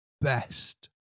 best